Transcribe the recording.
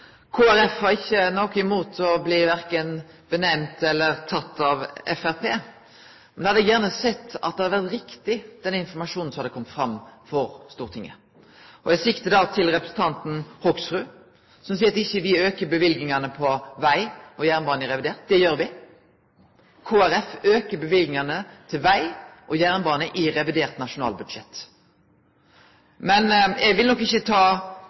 Folkeparti har ikkje noko imot å bli verken nemnt eller teke av Framstegspartiet, men me hadde gjerne sett at den informasjonen som hadde kome fram for Stortinget, hadde vore riktig. Eg siktar da til representanten Hoksrud, som seier at me ikkje aukar løyvingane til veg og jernbane i revidert. Det gjer me. Kristeleg Folkeparti aukar løyvingane til veg og jernbane i revidert nasjonalbudsjett. Men eg vil nok ikkje ta